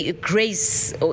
grace